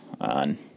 on